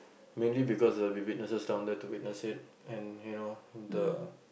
mainly because there will be witnesses down there to witness it and you know the